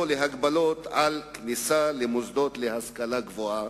להגבלות על כניסה למוסדות להשכלה גבוהה,